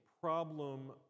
problem